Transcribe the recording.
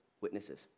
witnesses